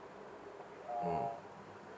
mm